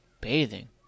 bathing